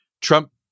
Trump